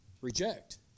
reject